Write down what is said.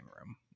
room